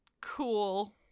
cool